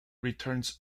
returns